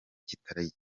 kitari